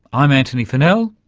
i'm antony funnell,